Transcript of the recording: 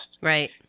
Right